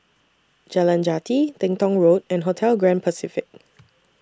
Jalan Jati Teng Tong Road and Hotel Grand Pacific